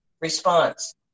response